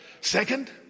Second